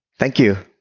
thank you